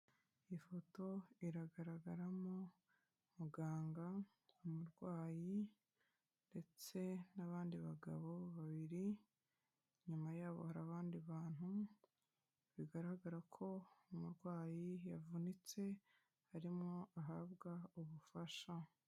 Ifoto iragaragaramo muganga, umurwayi ndetse n'abandi bagabo babiri, inyuma yaho hari abandi bantu, bigaragara ko umurwayi yavunitse, arimo ahabwa ubufasha.